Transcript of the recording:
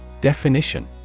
Definition